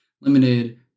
limited